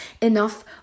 Enough